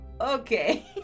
okay